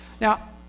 now